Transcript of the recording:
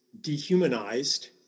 dehumanized